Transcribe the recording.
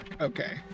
okay